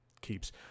Keeps